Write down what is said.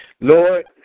Lord